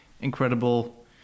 incredible